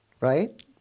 right